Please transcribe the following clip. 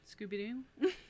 Scooby-Doo